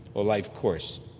or life course.